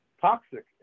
toxic